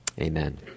Amen